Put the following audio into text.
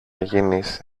γίνεις